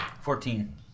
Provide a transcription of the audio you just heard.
fourteen